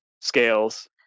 scales